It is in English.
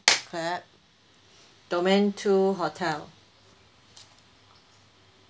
clap domain two hotel